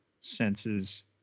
senses